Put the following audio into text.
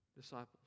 disciples